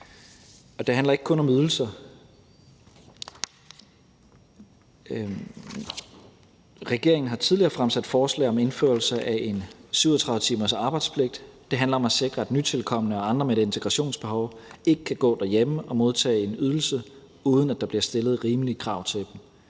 Og det handler ikke kun om ydelser. Regeringen har tidligere fremsat forslag om indførelse af en 37 timers arbejdspligt. Det handler om at sikre, at nytilkomne og andre med et integrationsbehov ikke kan gå derhjemme og modtage en ydelse, uden at der bliver stillet rimelige krav til dem.